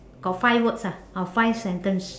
got five words ah or five sentence